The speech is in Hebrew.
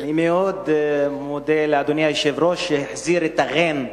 אני מאוד מודה לאדוני היושב-ראש, שהחזיר את הע'ין,